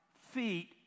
feet